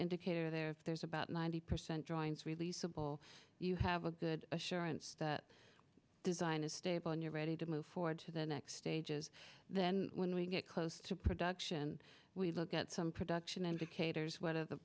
indicator there if there's about ninety percent drawings releasable you have a good assurance that design is stable and you're ready to move forward to the next stage is then when we get close to production we look at some production indicators whether the